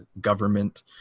government